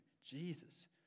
Jesus